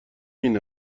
این